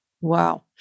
Wow